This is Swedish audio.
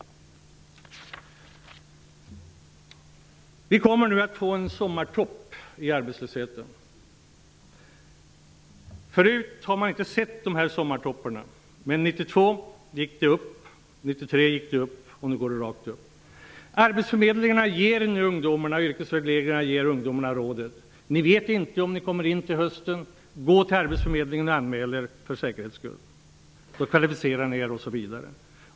Vi kommer nu att få en sommartopp i arbetslösheten. Tidigare har man inte haft dessa sommartoppar, men åren 1992 och 1993 gick arbetslösheten upp på detta sätt, och nu går den rakt upp. Arbetsförmedlingarna och yrkesvägledningarna säger till ungdomarna: Ni vet inte om ni kommer in på utbildning till hösten. Gå för säkerhets skull och anmäl er hos arbetsförmedlingen! Där kommer man att resonera med er osv.